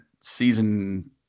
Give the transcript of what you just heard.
season